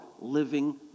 living